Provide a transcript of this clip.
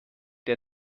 der